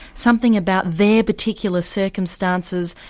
something about their particular circumstances,